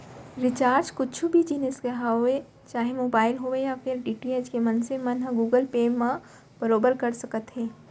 recharge कुछु भी जिनिस के होवय चाहे मोबाइल होवय या फेर डी.टी.एच के मनसे मन ह गुगल पे म बरोबर कर सकत हे